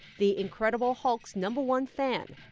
the incredible hulk's number one fan,